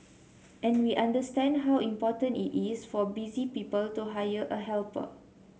and we understand how important it is for busy people to hire a helper